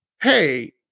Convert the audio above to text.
hey